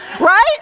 right